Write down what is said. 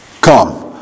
come